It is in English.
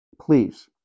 Please